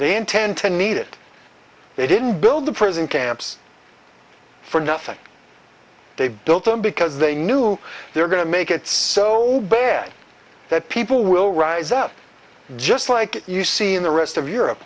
they intend to need it they didn't build the prison camps for nothing they've built them because they knew they were going to make it so bad that people will rise up just like you see in the rest of europe